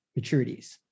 maturities